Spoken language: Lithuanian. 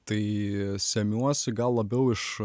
tai semiuosi gal labiau iš